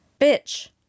Bitch